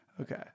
Okay